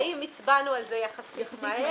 האם הצבענו על זה יחסית מהר,